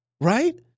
right